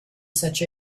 such